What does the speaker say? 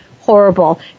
horrible